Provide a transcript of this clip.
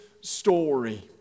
story